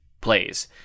plays